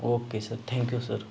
okay sir thank you sir